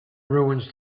ruins